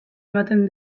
ematen